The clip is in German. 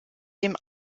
dem